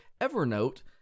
Evernote